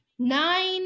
Nine